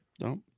no